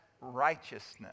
righteousness